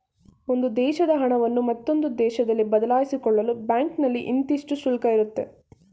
ಒಂದು ದೇಶದ ಹಣವನ್ನು ಮತ್ತೊಂದು ದೇಶದಲ್ಲಿ ಬದಲಾಯಿಸಿಕೊಳ್ಳಲು ಬ್ಯಾಂಕ್ನಲ್ಲಿ ಇಂತಿಷ್ಟು ಶುಲ್ಕ ಇರುತ್ತೆ